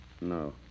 No